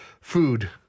food